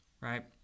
right